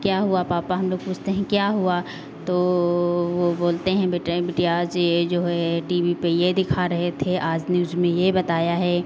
क्या हुआ पापा हम लोग पूछते हैं क्या हुआ तो ओ वो बोलते हैं बेटा बिटिया जे जो है टी वी पे ये दिखा रहे थे आज न्यूज में ये बताया हे